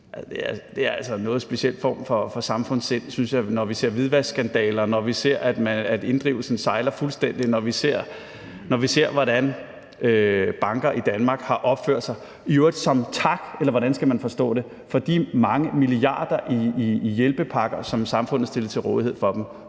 jeg, en noget speciel form for samfundssind, når vi ser hvidvaskskandaler, når vi ser, at inddrivelsen sejler fuldstændig, når vi ser, hvordan banker i Danmark har opført sig, i øvrigt som en tak, eller hvordan skal man forstå det, for de mange milliarder i hjælpepakker, som samfundet stillede til rådighed for dem